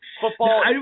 football